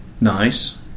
Nice